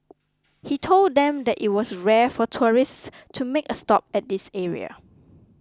he told them that it was rare for tourists to make a stop at this area